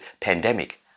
pandemic